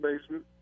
basement